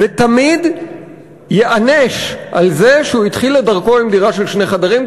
ותמיד ייענש על זה שהוא התחיל את דרכו עם דירה של שני חדרים,